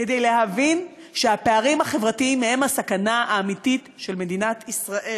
כדי להבין שהפערים החברתיים הם הסכנה האמיתית של מדינת ישראל.